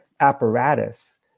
apparatus